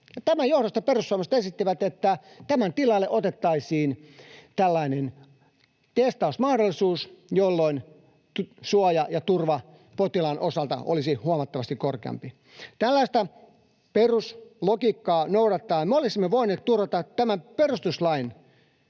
Tämän johdosta perussuomalaiset esittivät, että tämän tilalle otettaisiin testausmahdollisuus, jolloin suoja ja turva potilaan osalta olisivat huomattavasti korkeammat. Tällaista peruslogiikkaa noudattaen me olisimme voineet turvata perustuslain